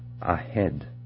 ahead